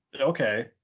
okay